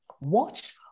Watch